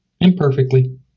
imperfectly